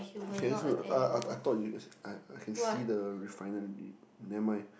okay I just want to uh I I thought you I can see the refinery never mind